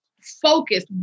focus